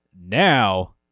Now